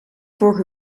vorige